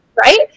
right